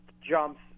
jumps